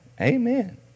Amen